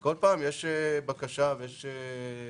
כל פעם יש בקשה, ויש דרישה.